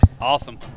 Awesome